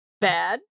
Bad